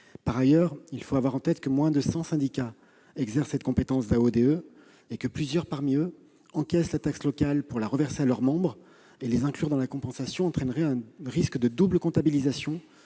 Par ailleurs, il faut avoir en tête que moins de cent syndicats exercent la compétence d'AODE et que plusieurs d'entre eux encaissent la taxe locale pour la reverser à leurs membres. Les inclure dans la compensation entraînerait un risque de double comptabilisation